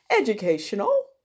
educational